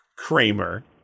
Kramer